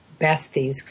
besties